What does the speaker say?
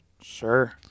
Sure